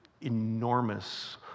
enormous